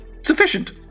Sufficient